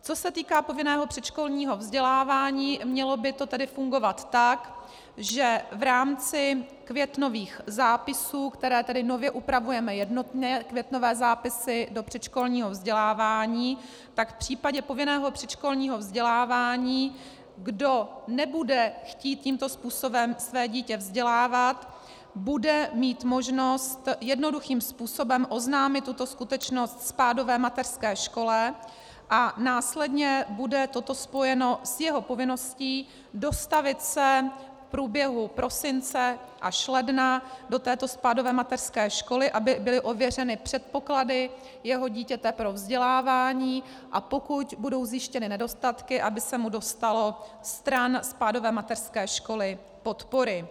Co se týká povinného předškolního vzdělávání, mělo by to tedy fungovat tak, že v rámci květnových zápisů, které tedy nově upravujeme jednotně, květnové zápisy do předškolního vzdělávání, tak v případě povinného předškolního vzdělávání, kdo nebude chtít tímto způsobem své dítě vzdělávat, bude mít možnost jednoduchým způsobem oznámit tuto skutečnost spádové mateřské škole a následně bude toto spojeno s jeho povinností dostavit se v průběhu prosince až ledna do této spádové mateřské školy, aby byly ověřeny předpoklady jeho dítěte pro vzdělávání, a pokud budou zjištěny nedostatky, aby se mu dostalo stran spádové mateřské školy podpory.